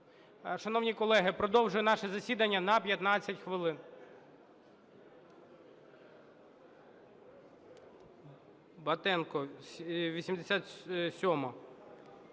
Шановні колеги, продовжую наше засідання на 15 хвилин.